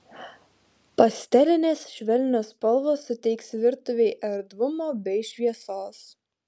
pastelinės švelnios spalvos suteiks virtuvei erdvumo bei šviesos